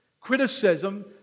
Criticism